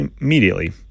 immediately